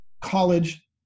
college